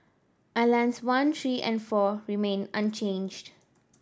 islands one three and four remained unchanged